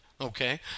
Okay